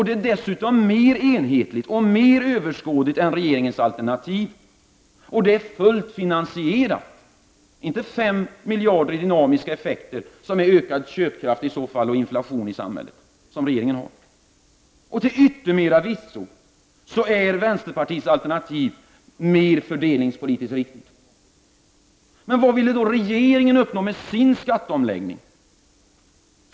Det är dessutom mer enhetligt och mer överskådligt än regeringens alternativ och är fullt finansierat, inte 5 miljarder i dynamiska effekter som ger ökad köpkraft och ökad inflation i samhället, som regeringens förslag innebär. Till yttermera visso är vänsterpartiets alternativ mer fördelningspolitiskt riktigt. Vad vill regeringen uppnå med sin skatteomläggning?